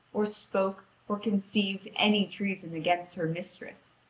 or spoke, or conceived any treason against her mistress.